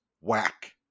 whack